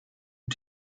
und